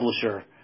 publisher